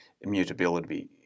immutability